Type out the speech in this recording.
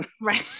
right